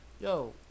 yo